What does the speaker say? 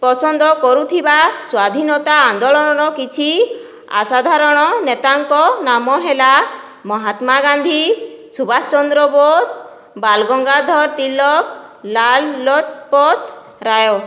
ପସନ୍ଦ କରୁଥିବା ସ୍ଵାଧୀନତା ଆନ୍ଦୋଳନର କିଛି ଆସାଧାରଣ ନେତାଙ୍କ ନାମ ହେଲା ମହାତ୍ମା ଗାନ୍ଧୀ ସୁଭାଷଚନ୍ଦ୍ର ବୋଷ ବାଲ ଗଙ୍ଗାଧର ତିଲକ ଲାଲ ଲଜପତ ରାୟ